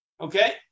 Okay